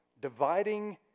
dividing